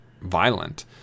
violent